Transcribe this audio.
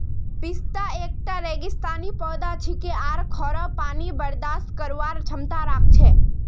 पिस्ता एकता रेगिस्तानी पौधा छिके आर खोरो पानी बर्दाश्त करवार क्षमता राख छे